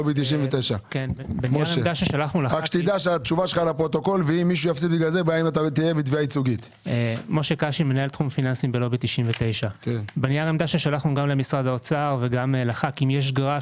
לובי 99. בנייר העמדה ששלחנו גם למשרד האוצר וגם לח"כים יש גרף